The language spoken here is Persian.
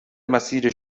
مسیر